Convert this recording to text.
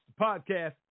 podcast